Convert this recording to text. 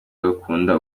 agakunda